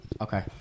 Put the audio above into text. Okay